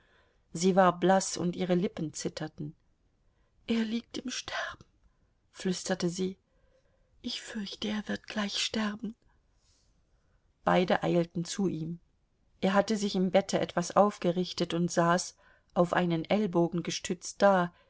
sie war blaß und ihre lippen zitterten er liegt im sterben flüsterte sie ich fürchte er wird gleich sterben beide eilten zu ihm er hatte sich im bette etwas aufgerichtet und saß auf einen ellbogen gestützt da